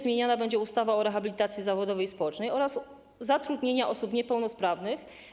Zmieniona będzie również ustawa o rehabilitacji zawodowej i społecznej oraz zatrudnianiu osób niepełnosprawnych.